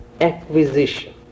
Acquisition